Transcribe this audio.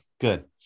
good